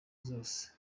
zose